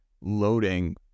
loading